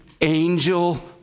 angel